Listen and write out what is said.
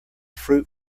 fruit